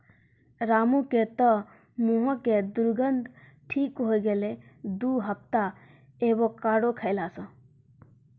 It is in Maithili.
रामू के तॅ मुहों के दुर्गंध ठीक होय गेलै दू हफ्ता एवोकाडो खैला स